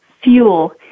fuel